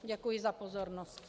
Děkuji za pozornost.